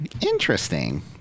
Interesting